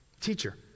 Teacher